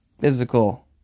physical